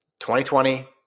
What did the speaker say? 2020